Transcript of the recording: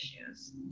issues